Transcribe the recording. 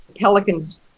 pelican's